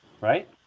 right